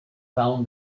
found